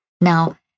Now